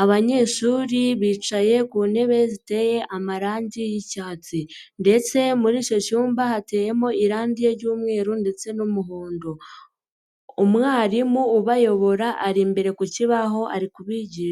Abanyeshuri bicaye ku ntebe ziteye amarangi y'icyatsi ndetse muri icyo cyumba hateyemo irangi ry'umweru ndetse n'umuhondo, umwarimu ubayobora ari imbere ku kibaho ari kubigi...